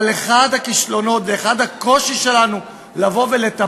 אבל אחד הכישלונות ואחד הקשיים שלנו לטפל